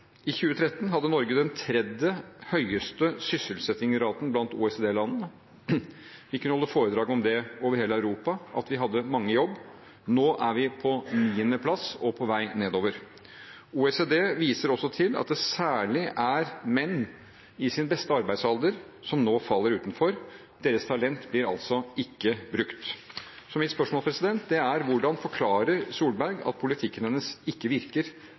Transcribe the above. I 2013 hadde Norge den tredje høyeste sysselsettingsraten blant OECD-landene. Vi kunne holde foredrag over hele Europa om at vi hadde mange i jobb. Nå er vi på 9.-plass og på vei nedover. OECD viser også til at det særlig er menn i sin beste arbeidsalder som nå faller utenfor. Deres talent blir altså ikke brukt. Mitt spørsmål er: Hvordan forklarer Solberg at politikken hennes ikke virker